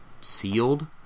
sealed